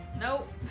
nope